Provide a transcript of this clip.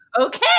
okay